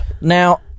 now